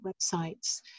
websites